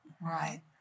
Right